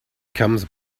comes